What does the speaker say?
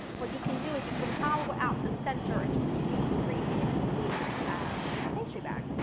what you can do, is you can hollow out the center and just squeeze the cream in with a pastry bag.